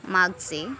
मागचे